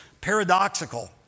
paradoxical